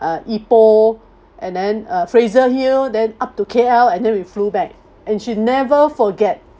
uh ipoh and then uh fraser hill then up to K_L and then we flew back and she never forget